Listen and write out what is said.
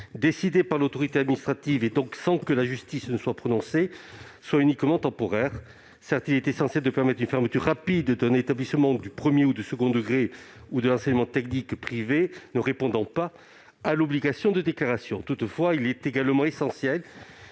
décidée par l'autorité administrative, et donc en l'absence de décision de justice, soit uniquement temporaire. Certes, il est essentiel de permettre la fermeture rapide d'un établissement privé du premier ou du second degré ou de l'enseignement technique qui ne répondrait pas à l'obligation de déclaration. Toutefois, il est également essentiel